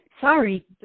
sorry